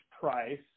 price